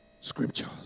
scriptures